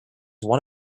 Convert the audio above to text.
one